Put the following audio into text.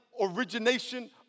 origination